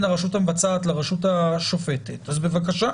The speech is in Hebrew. הרשות המבצעת לרשות השופטת אז בבקשה.